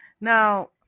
Now